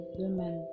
women